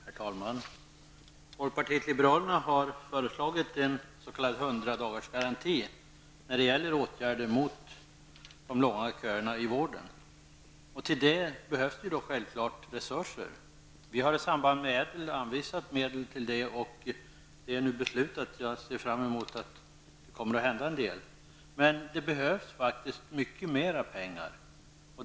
Herr talman! Folkpartiet liberalerna har föreslagit en s.k. 100-dagars garanti när det gäller åtgärder mot de långa köerna i vården. Till detta behövs resurser. I samband med Ädel har vi anvisat medel till detta. Det är nu beslutat, och jag ser fram emot att det kommer att hända en del. Det behövs faktiskt mycket mera pengar.